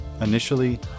Initially